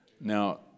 Now